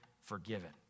forgiven